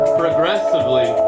progressively